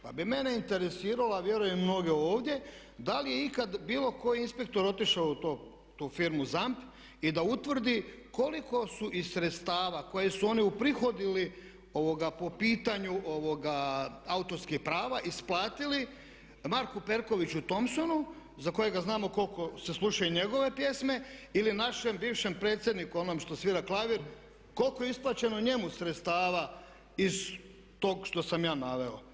Pa bi mene interesiralo, a vjerujem i mnoge ovdje da li je ikad bilo koji inspektor otišao u tu firmu ZAMP i da utvrdi koliko su iz sredstava koje su oni uprihodili po pitanju ovoga autorskih prava isplatili Marku Perkoviću Thompsonu za kojega znamo koliko se slušaju njegove pjesme ili našem bivšem predsjedniku onom što svira klavir, koliko je isplaćeno njemu sredstava iz tog što sam ja naveo?